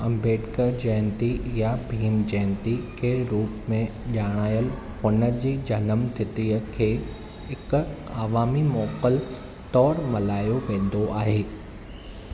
अम्बेडकर जयंती या भीम जयंती के रूप में ॼाणायलु हुन जी ॼनमु तिथीअ खे हिकु आवामी मोकल तौरु मल्हायो वेंदो आहे